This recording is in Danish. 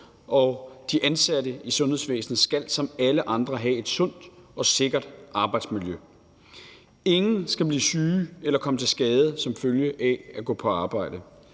og de ansatte i sundhedsvæsenet skal som alle andre have et sundt og sikkert arbejdsmiljø. Ingen skal blive syge eller komme til skade som følge af at gå på arbejde.